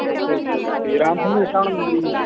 ਅੱਛਾ ਅੱਛਾ ਅੱਛਾ ਜੀ ਰਾਮ ਸਿੰਘ ਨੇ ਦਿੱਤਾ ਹੋਣਾ ਨੰਬਰ ਜੀ